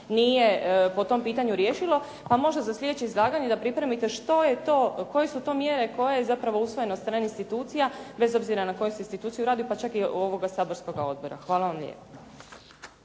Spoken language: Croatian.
nije po tom pitanju riješilo. Pa možda za sljedeće izlaganje da pripremite što je to, koje su to mjere, koje je zapravo usvojeno od strane institucija, bez obzira na koju se instituciji radi, pa čak i ovoga saborskog odbora. Hvala vam lijepo.